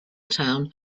town